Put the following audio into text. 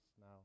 Now